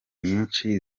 nyinshi